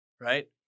right